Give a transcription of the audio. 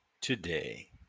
today